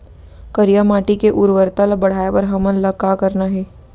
करिया माटी के उर्वरता ला बढ़ाए बर हमन ला का करना हे?